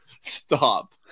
Stop